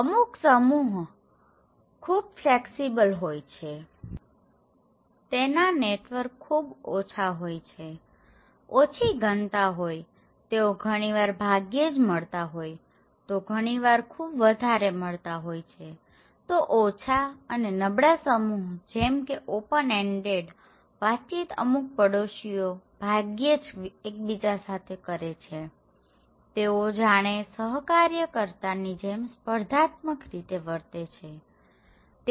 અમુક સમૂહ ખૂબ ફ્લેક્સિબલ હોય છેતેના નેટવર્ક ખૂબ ઓછા હોય છેઓછી ઘનતા હોયતેઓ ઘણીવાર ભાગ્યે જ મળતા હોય તો ઘણીવાર ખૂબ વધારે મળતા હોય છેતો ઓછા અને નબળા સમૂહ જેમકે ઓપન એન્ડેડ વાતચીતઅમુક પડોશીઓ ભાગ્યે જ એકબીજા સાથે વાતચીત કરે છેતેઓ જાણે સહકાર્યકર્તા ની જેમ સ્પર્ધાત્મક રીતે વર્તે છે